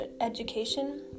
education